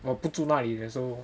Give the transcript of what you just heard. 不住哪里的 so